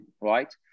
right